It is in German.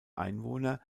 einwohner